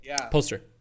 poster